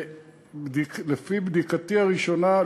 לפי בדיקתי הראשונה,